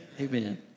Amen